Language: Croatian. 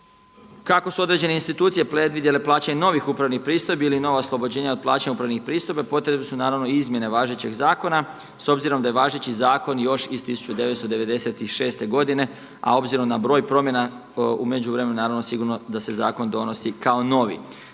Kako su određene institucije predvidjele plaćanje novih upravnih pristojbi ili nova oslobođenja od plaćanja upravnih pristojbi potrebne su naravno i izmjene važećeg zakona s obzirom da je važeći zakon još iz 1996. godine, a obzirom na broj promjena u međuvremenu naravno sigurno da se zakon donosi kao novi.